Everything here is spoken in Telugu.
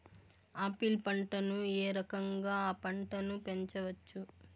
ఆపిల్ పంటను ఏ రకంగా అ పంట ను పెంచవచ్చు?